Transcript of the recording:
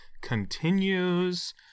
continues